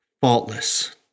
faultless